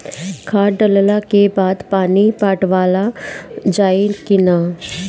खाद डलला के बाद पानी पाटावाल जाई कि न?